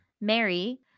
Mary